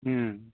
ꯎꯝ